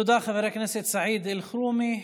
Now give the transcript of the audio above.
תודה, חבר הכנסת סעיד אלחרומי.